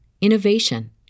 innovation